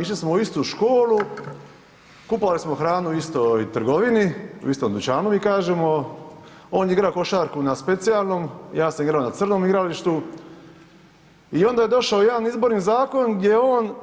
Išli smo u istu školu, kupovali smo hranu u istoj trgovini, u istom dućanu mi kažemo, on je igra košarku na specijalnom, ja sam igrao na crnom igralištu i onda je došao jedan izborni zakon gdje on,